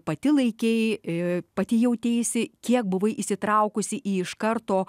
pati laikei i pati jauteisi kiek buvai įsitraukusi į iš karto